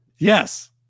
Yes